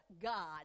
God